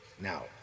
Now